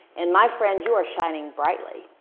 and my friend, you are shining brightly.